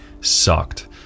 sucked